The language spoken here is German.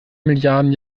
milliarden